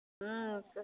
हॅं